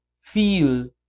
feel